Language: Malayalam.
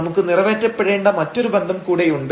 നമുക്ക് നിറവേറ്റപ്പെടേണ്ട മറ്റൊരു ബന്ധം കൂടെയുണ്ട്